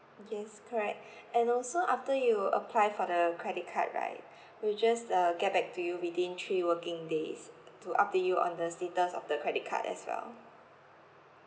yes correct and also after you apply for the credit card right we'll just uh get back to you within three working days to update you on the status of the credit card as well